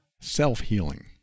self-healing